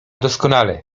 doskonale